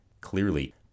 Clearly